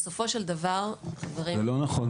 לא נכון.